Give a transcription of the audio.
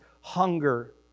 hunger